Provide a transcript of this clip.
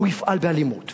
הוא יפעל באלימות.